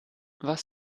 was